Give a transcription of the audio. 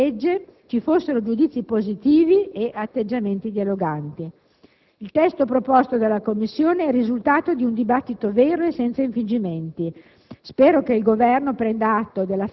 che sul contenuto di questo disegno di legge ci fossero giudizi positivi e atteggiamenti dialoganti. Il testo proposto dalla Commissione è il risultato di un dibattito vero e senza infingimenti.